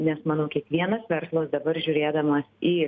nes manau kiekvienas verslas dabar žiūrėdamas į